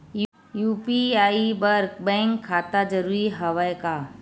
UPI बर bank खाता जरूरी हवय का?